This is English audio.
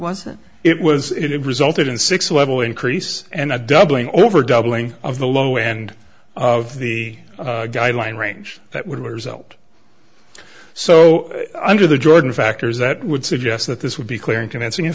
wasn't it was it resulted in six level increase and a doubling over doubling of the low end of the guideline range that would result so under the jordan factors that would suggest that this would be clear and convincing in